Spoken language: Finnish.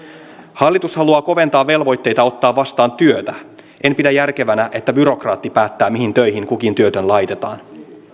hallitus haluaa koventaa velvoitteita ottaa vastaan työtä en pidä järkevänä että byrokraatti päättää mihin töihin kukin työtön laitetaan